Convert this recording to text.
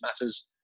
matters